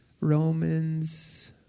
Romans